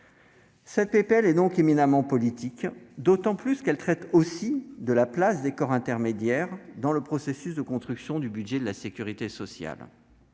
de loi est donc éminemment politique, et ce d'autant plus qu'elle traite aussi de la place des corps intermédiaires dans le processus de construction du budget de la sécurité sociale.